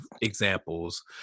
examples